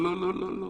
לא לא.